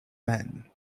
men